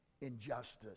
injustice